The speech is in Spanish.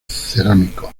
cerámicos